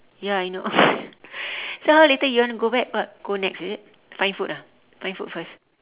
ya I know so how later you want to go back what go nex is it find food ah find food first